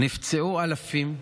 נפצעו אלפים,